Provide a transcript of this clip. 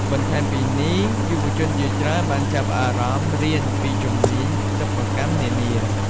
បន្ថែមពីនេះ យុវជនជាច្រើនបានចាប់អារម្មណ៍រៀនពីជំនាញសិប្បកម្មនានា។